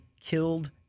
killed